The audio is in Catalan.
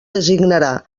designarà